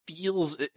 feels